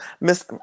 Miss